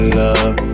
love